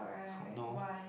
no